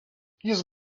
jis